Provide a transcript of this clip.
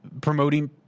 promoting